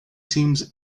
teams